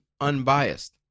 unbiased